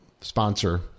sponsor